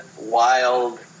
wild